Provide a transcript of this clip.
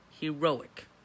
Heroic